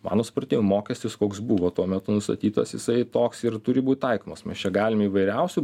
mano supratimu mokestis koks buvo tuo metu nustatytas jisai toks ir turi būt taikomas mes čia galim įvairiausių